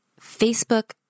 Facebook